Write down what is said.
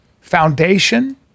foundation